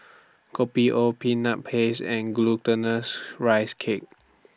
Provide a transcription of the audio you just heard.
Kopi O Peanut Paste and Glutinous Rice Cake